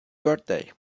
birthday